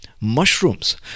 Mushrooms